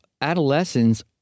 adolescents